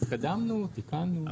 התקדמנו, טיפלנו.